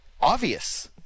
obvious